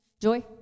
joy